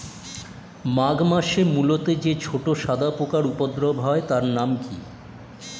মাঘ মাসে মূলোতে যে ছোট সাদা পোকার উপদ্রব হয় তার নাম কি?